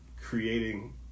creating